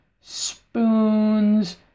spoons